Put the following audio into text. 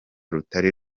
rutari